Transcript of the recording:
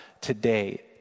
today